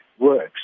works